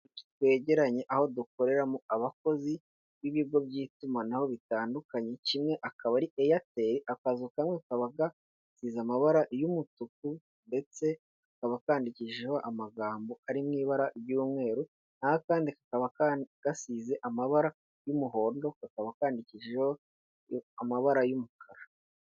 Twegeranye aho dukoreramo abakozi b'ibigo by'itumanaho bitandukanye, kimwe akaba ari Airtel, akazu kamwe kakaba gasize amabara y'umutuku ndetse kaba kankandikishijeho amagambo ari mu ibara ry'umweru, n'aho akandi kaba ka gasize amabara y'umuhondo, kakaba kandikishijeho amabara y'umukara.